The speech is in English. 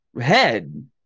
head